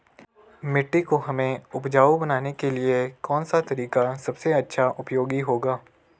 मिट्टी को हमें उपजाऊ बनाने के लिए कौन सा तरीका सबसे अच्छा उपयोगी होगा?